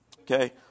Okay